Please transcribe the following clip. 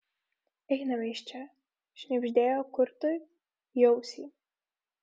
einame iš čia šnibžtelėjo kurtui į ausį